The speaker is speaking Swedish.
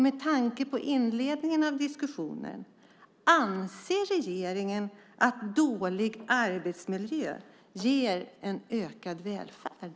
Med tanke på inledningen av diskussionen: Anser regeringen att dålig arbetsmiljö ger en ökad välfärd?